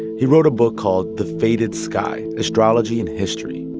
he wrote a book called the fated sky astrology in history.